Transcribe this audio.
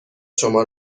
شما